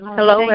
Hello